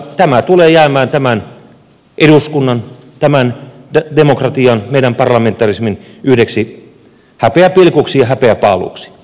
tämä tulee jäämään tämän eduskunnan tämän demokratian meidän parlamentarismimme yhdeksi häpeäpilkuksi ja häpeäpaaluksi